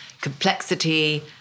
complexity